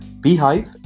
Beehive